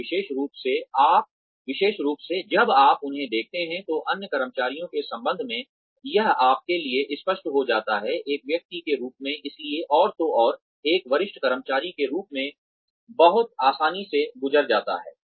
और विशेष रूप से जब आप उन्हें देखते हैं तो अन्य कर्मचारियों के संबंध में यह आपके लिए स्पष्ट हो जाता है एक व्यक्ति के रूप में इसलिए और तो और एक वरिष्ठ कर्मचारी के रूप में बहुत आसानी से गुजर सकता है